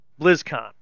BlizzCon